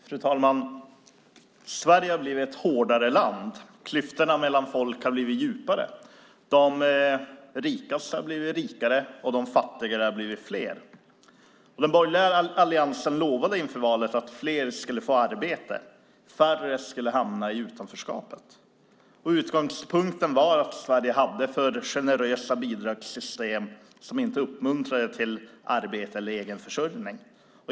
Fru talman! Sverige har blivit ett hårdare land. Klyftorna mellan folk har blivit djupare. De rikaste har blivit rikare, och de fattigare har blivit fler. Den borgerliga alliansen lovade inför valet att fler skulle få arbete och färre skulle hamna i utanförskap. Utgångspunkten var att Sverige hade för generösa bidragssystem, som inte uppmuntrade till arbete eller egen försörjning.